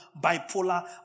bipolar